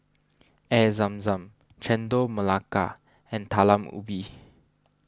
Air Zam Zam Chendol Melaka and Talam Ubi